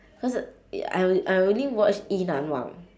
cause I I only watch yi nan wang